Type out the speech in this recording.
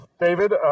David